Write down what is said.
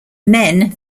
men